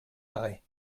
arrêts